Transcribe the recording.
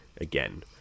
again